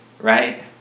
right